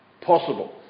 possible